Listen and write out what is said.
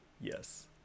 Yes